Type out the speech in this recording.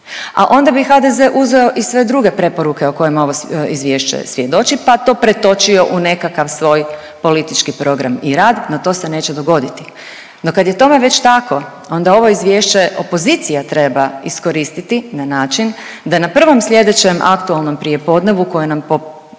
A onda bi HDZ uzeo i sve druge poruke o kojima ovo Izvješće svjedoči pa to pretočio u nekakav svoj politički program i rad, no to se neće dogoditi. No, kad je tome već tako, onda ovo Izvješće opozicija treba iskoristiti na način da na prvom sljedećem aktualnom prijepodnevu koje nam po